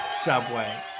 Subway